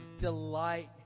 delight